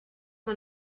man